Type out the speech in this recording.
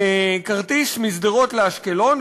כרטיס משדרות לאשקלון,